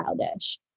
childish